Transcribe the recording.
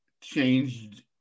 changed